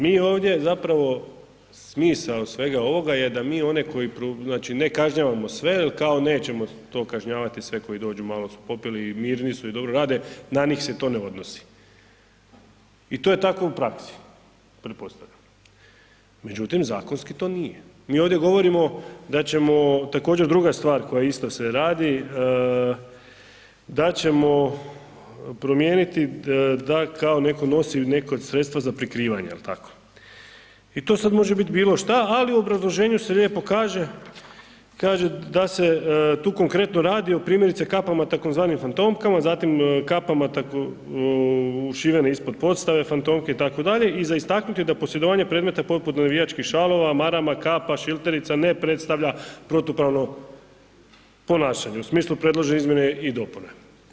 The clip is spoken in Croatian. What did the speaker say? Mi ovdje zapravo, smisao svega ovoga je da mi one koji, znači ne kažnjavamo sve, kao nećemo to kažnjavati sve koji dođu, malo su popili i mirni su i dobro rade, na njih se to ne odnosi i to je tako u praksi pretpostavljam, međutim zakonski to nije, mi ovdje govorimo da ćemo, također druga stvar koja isto se radi, da ćemo promijeniti da kao neko nosi neko sredstvo za prikrivanje je li tako i to sad može bit bilo šta, ali u obrazloženju se lijepo kaže, kaže da se tu konkretno radi o primjerice kapama tzv. fantomkama, zatim kapama ušivene ispod podstave, fantomke itd. i za istaknut je da posjedovanje predmeta poput navijačkih šalova, marama, kapa, šilterica ne predstavlja protupravno ponašanje u smislu predložene izmjene i dopune.